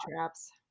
traps